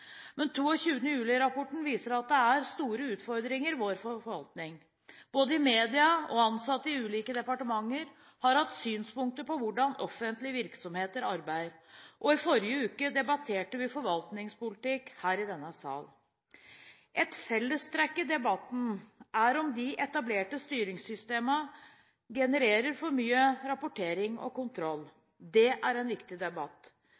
Men 22. juli-rapporten viste at det også er store utfordringer i vår forvaltning. Både media og ansatte i ulike departementer har hatt synspunkter på hvordan offentlige virksomheter arbeider, og i forrige uke debatterte vi forvaltningspolitikk her i denne salen. Et fellestrekk i debatten er spørsmålet om de etablerte styringssystemene genererer for mye rapportering og kontroll. Det er en viktig debatt.